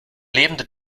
lebende